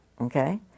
Okay